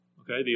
Okay